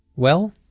well,